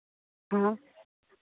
हाँ